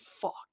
fuck